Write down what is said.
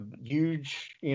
huge